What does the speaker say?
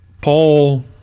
Paul